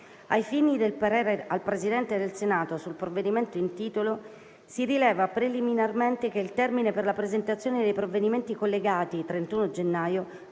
Ai fini del parere al Presidente del Senato sul provvedimento in titolo, si rileva preliminarmente che il termine per la presentazione dei provvedimenti collegati (31 gennaio)